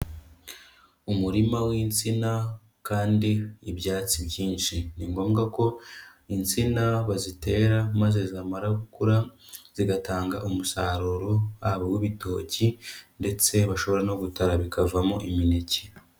Umurima w'insina kandi ibyatsi byinshi, ni ngombwa ko insina bazitera maze zamara gukura zigatanga umusaruro wabo uw'ibitoki ndetse bashobora no gutara bikavamo imineke.